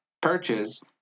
purchase